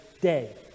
day